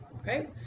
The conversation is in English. Okay